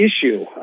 issue